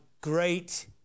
great